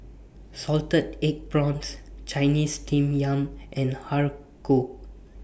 Salted Egg Prawns Chinese Steamed Yam and Har Kow